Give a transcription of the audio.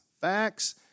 Facts